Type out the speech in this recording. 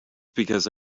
because